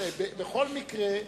בכל מקרה,